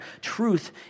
Truth